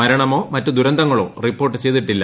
മരണങ്ങളോ മറ്റ് ദുരന്തങ്ങളോ റിപ്പോർട്ട് ചെയ്തിട്ടില്ല